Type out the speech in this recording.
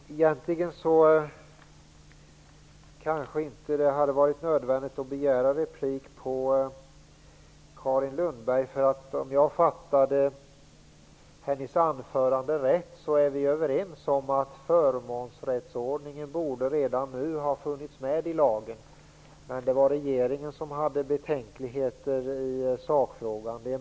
Herr talman! Egentligen hade det kanske inte varit nödvändigt att begära replik på Carin Lundbergs anförande. Om jag fattade henne rätt är vi överens om att förmånsrättsordningen redan nu borde ha funnits med i lagen. Men regeringen hade betänkligheter i sakfrågan.